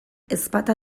ezpata